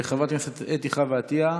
חברת הכנסת חוה אתי עטייה.